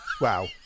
Wow